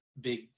big